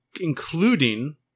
Including